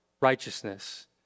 righteousness